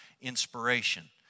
inspiration